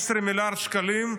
15 מיליארד שקלים לשיקום,